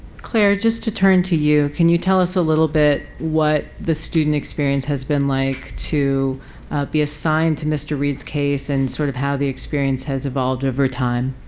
clare, just to turn to you can you tell us a little bit what the student experience has been like to be assigned to mr. reed's case and sort of how the experience has evolved over time?